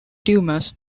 tumors